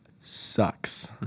Sucks